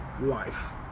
life